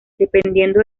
dependiendo